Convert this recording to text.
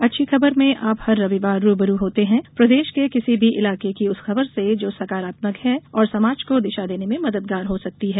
अच्छी खबरमें आप हर रविवार रूबरू होते हैं प्रदेश के किसी भी इलाके की उस खबर से जो सकारात्मक है और समाज को दिशा देने में मददगार हो सकती है